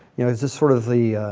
you know is this sort of the,